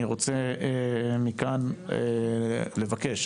אני רוצה מכאן לבקש,